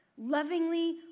lovingly